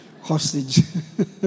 Hostage